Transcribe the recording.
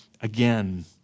again